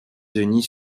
denis